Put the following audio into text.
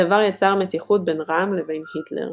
הדבר יצר מתיחות בין רהם לבין היטלר.